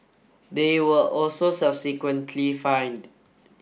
they were also subsequently fined